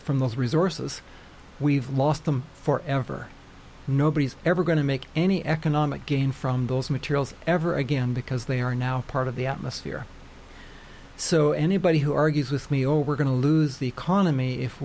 from those resources we've lost them for ever nobody's ever going to make any economic gain from those materials ever again because they are now part of the atmosphere so anybody who argues with me or we're going to lose the economy if